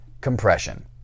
Compression